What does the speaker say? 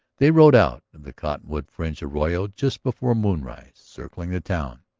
they rode out of the cottonwood fringed arroyo just before moonrise circling the town,